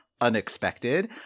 unexpected